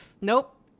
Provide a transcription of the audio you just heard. nope